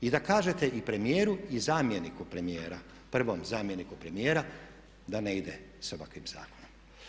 I da kažete i premijeru i zamjeniku premijera, prvom zamjeniku premijera da ne ide sa ovakvim zakonom.